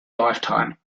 lifetime